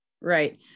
Right